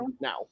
now